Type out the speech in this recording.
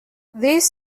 these